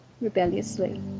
rebelliously